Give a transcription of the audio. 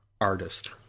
artist